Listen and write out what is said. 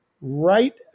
right